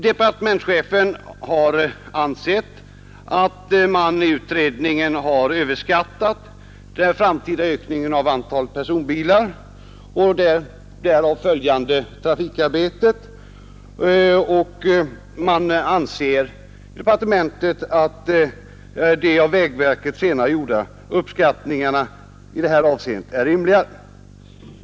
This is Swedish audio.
Departementschefen anser att man i den utredningen har överskattat den framtida ökningen av antalet personbilar och därav följande trafikarbete, och i departementet anser man att de av vägverket senare gjorda uppskattningarna i det avseendet är rimligare.